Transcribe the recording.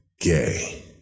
gay